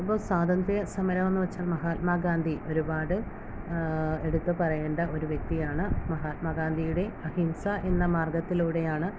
ഇപ്പോൾ സ്വാതന്ത്ര്യ സമരം എന്നു വച്ചാൽ മഹാത്മാ ഗാന്ധി ഒരുപാട് എടുത്ത് പറയേണ്ട ഒരു വ്യക്തിയാണ് മഹാത്മാ ഗാന്ധിയുടെ അഹിംസ എന്ന മാർഗ്ഗത്തിലൂടെയാണ് അദ്ദേഹം